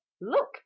Look